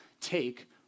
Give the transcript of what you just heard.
take